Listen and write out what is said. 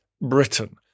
Britain